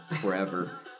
forever